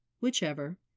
Whichever